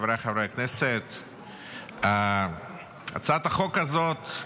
חבריי חברי הכנסת, הצעת החוק הזאת,